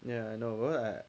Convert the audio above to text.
ya I know lah